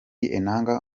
enanga